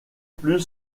plus